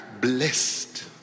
blessed